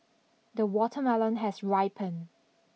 the watermelon has ripened